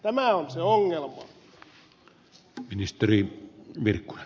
tämä on se ongelma